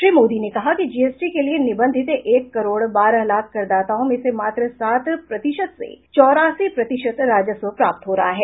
श्री मोदी ने कहा कि जीएसटी के लिए निबंधित एक करोड़ बारह लाख करदाताओं में से मात्र सात प्रतिशत से चौरासी प्रतिशत राजस्व प्राप्त हो रहा है